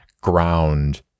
ground